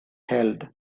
held